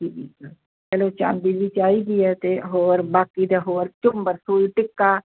ਠੀਕ ਆ ਚਲੋ ਚਾਂਦੀ ਦੀ ਚਾਹੀਦੀ ਹੈ ਅਤੇ ਹੋਰ ਬਾਕੀ ਤਾਂ ਹੋਰ ਝੂੰਮਰ ਸੂਈ ਟਿੱਕਾ